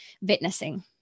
witnessing